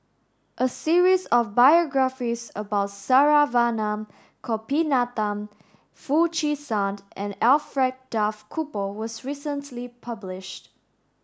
a series of biographies about Saravanan Gopinathan Foo Chee San and Alfred Duff Cooper was recently published